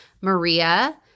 Maria